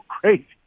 crazy